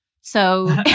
So-